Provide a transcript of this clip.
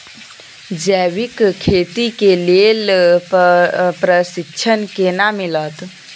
जैविक खेती के लेल प्रशिक्षण केना मिलत?